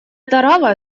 тарава